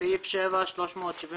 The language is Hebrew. הסעיף - תוספת בשקלים חדשים סעיף 7 375.85